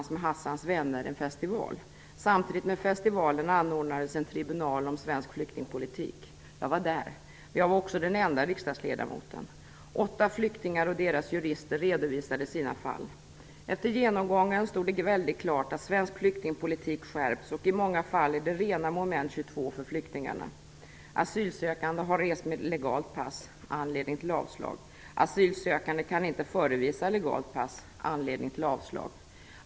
Samtidigt anordnades en tribunal om svensk flyktingpolitik. Jag var där, men jag var också den enda riksdagsledamoten. Åtta flyktingar och deras jurister redovisade sina fall. Efter genomgången stod det väldigt klart att svensk flyktingpolitik skärpts, och i många fall råder rena moment 22 för flyktingarna. Asylsökande har rest med legalt pass - anledning till avslag. Asylsökande kan inte förevisa legalt pass - anledning till avslag.